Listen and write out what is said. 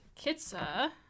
Kitza